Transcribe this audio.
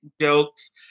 jokes